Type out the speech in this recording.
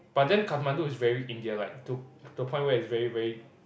but then Kathmandu is very India like to to a point where it's very very